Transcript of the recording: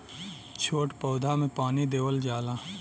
छोट पौधा में पानी देवल जाला